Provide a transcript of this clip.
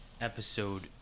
episode